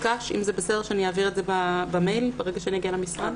אעביר במייל ברגע שאגיע למשרד.